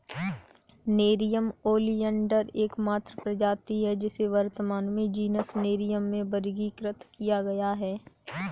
nerium oleander एकमात्र प्रजाति है जिसे वर्तमान में जीनस नेरियम में वर्गीकृत किया गया है